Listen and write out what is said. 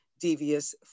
devious